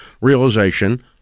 realization